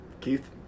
Keith